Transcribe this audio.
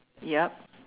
yup